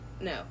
No